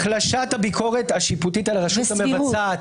החלשת הביקורת השיפוטית על הרשות המבצעת